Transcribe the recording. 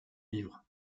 livre